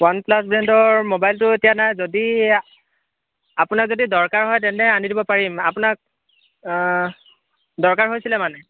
one plus ব্ৰেণ্ডৰ ম'বাইলটো এতিয়া নাই যদি আপোনাৰ যদি দৰকাৰ হয় তেন্তে আনি দিব পাৰিম আপোনাক দৰকাৰ হৈছিল মানে